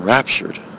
raptured